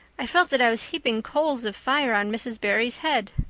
i felt that i was heaping coals of fire on mrs. barry's head.